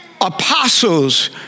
apostles